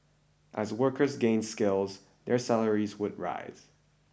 as workers gain skills their salaries should rise